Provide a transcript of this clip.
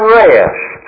rest